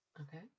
Okay